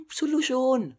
solution